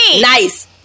Nice